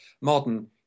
modern